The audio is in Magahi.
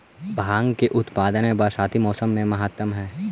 भाँग के उत्पादन में बरसाती मौसम के महत्त्व हई